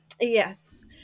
Yes